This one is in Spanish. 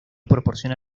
proporciona